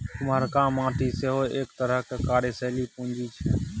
कुम्हराक माटि सेहो एक तरहक कार्यशीले पूंजी छै